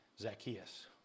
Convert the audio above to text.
Zacchaeus